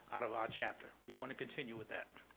out of our chapter. we wanna continue with that.